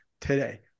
today